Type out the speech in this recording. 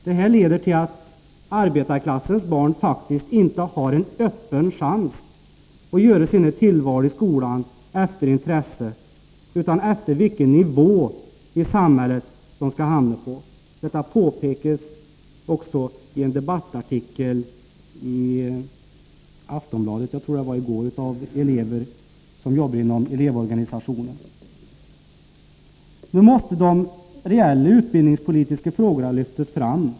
Detta leder också till att arbetarklassens barn faktiskt inte har en reell chans att göra sina tillval i skolan efter intresse, utan de måste ta hänsyn till vilken nivå i samhället de skall hamna på. Detta har elever som jobbar inom elevorganisationen också påpekat i en debattartikel i Aftonbladet — jag tror att det var i går. Nu måste de reella utbildningspolitiska frågorna lyftas fram.